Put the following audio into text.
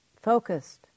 focused